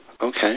okay